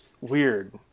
weird